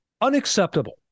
Unacceptable